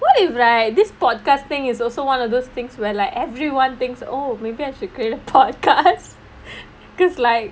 what if like this podcast thing is also one of those things where like everyone thinks oh maybe I should create a podcast because like